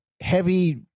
Heavy